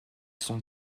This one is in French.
son